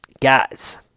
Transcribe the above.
Guys